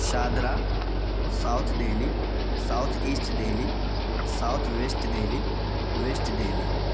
Shahdara south Delhi south east Delhi south west Delhi west Delhi